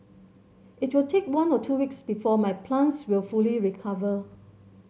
it will take one or two weeks before my plants will fully recover